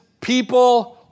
people